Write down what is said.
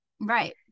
right